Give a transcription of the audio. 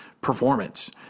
performance